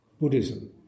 Buddhism